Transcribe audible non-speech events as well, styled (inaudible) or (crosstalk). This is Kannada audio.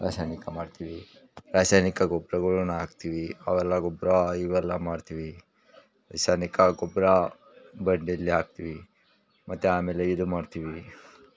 ರಾಸಾಯನಿಕ ಮಾಡ್ತೀವಿ ರಾಸಾಯನಿಕ ಗೊಬ್ರಗಳನ್ನ ಹಾಕ್ತೀವಿ ಅವೆಲ್ಲ ಗೊಬ್ಬರ ಇವೆಲ್ಲ ಮಾಡ್ತೀವಿ ರಾಸಾಯ್ನಿಕ ಗೊಬ್ಬರ (unintelligible) ಹಾಕ್ತೀವಿ ಮತ್ತು ಆಮೇಲೆ ಇದು ಮಾಡ್ತೀವಿ